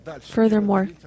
Furthermore